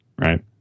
right